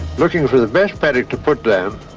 looking for the best paddock to put down